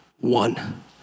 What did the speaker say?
one